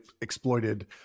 exploited